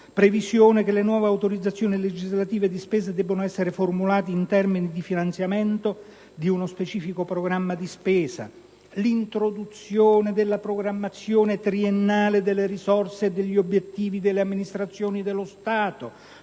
previsione che le nuove autorizzazioni legislative di spesa debbano essere formulate in termini di finanziamento di uno specifico programma di spesa; introduzione della programmazione triennale delle risorse e degli obiettivi delle amministrazioni dello Stato,